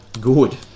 good